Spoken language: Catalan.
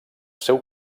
seu